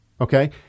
Okay